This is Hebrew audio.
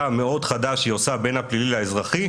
המאוד חדה שהיא עושה בין הפלילי לאזרחי,